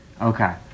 Okay